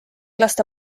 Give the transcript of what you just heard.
lasta